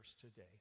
today